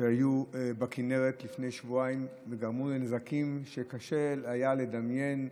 שהיו בכינרת לפני שבועיים וגרמו נזקים שקשה היה לדמיין,